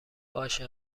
باشه